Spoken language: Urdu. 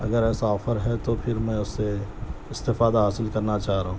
اگر ایسا آفر ہے تو پھر میں اس سے استفادہ حاصل کرنا چاہ رہا ہوں